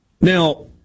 Now